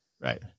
right